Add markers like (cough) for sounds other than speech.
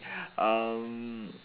(breath) um